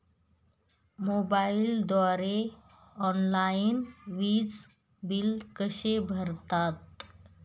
मोबाईलद्वारे ऑनलाईन वीज बिल कसे भरतात?